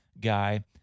guy